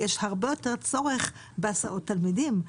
יש הרבה יותר צורך בהסעות תלמידים.